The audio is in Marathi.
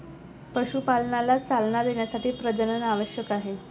पशुपालनाला चालना देण्यासाठी प्रजनन आवश्यक आहे